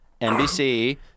NBC